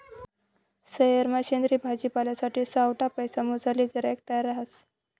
सयेरमा सेंद्रिय भाजीपालासाठे सावठा पैसा मोजाले गिराईक तयार रहास